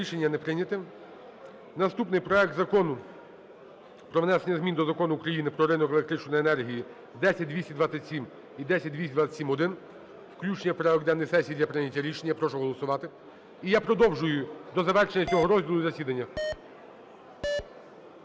Рішення не прийнято. Наступний. Проект Закону про внесення змін до Закону України "Про ринок електричної енергії" (10227 і 10227-1). Включення в порядок денний сесії для прийняття рішення. Я прошу голосувати. І я продовжую до завершення цього розділу засідання.